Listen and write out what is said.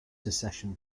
secession